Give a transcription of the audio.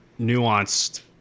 nuanced